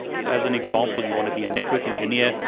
so as an example, you want to be a network engineer,